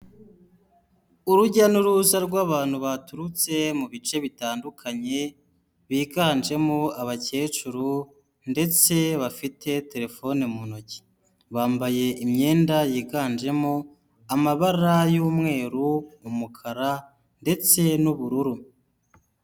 Urujya n'uruza rw'abantu baturutse mu bice bitandukanye, biganjemo abakecuru ndetse bafite terefone mu ntoki. Bambaye imyenda yiganjemo amabara y'umweru, umukara ndetse n'ubururu.